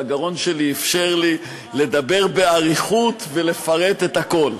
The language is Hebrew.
והגרון שלי אפשר לי לדבר באריכות ולפרט את הכול.